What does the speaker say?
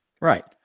Right